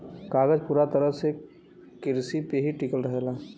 कागज पूरा तरह से किरसी पे ही टिकल रहेला